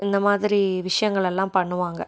இந்த மாதிரி விஷயங்களெல்லாம் பண்ணுவாங்க